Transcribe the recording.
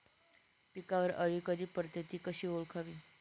पिकावर अळी कधी पडते, ति कशी ओळखावी?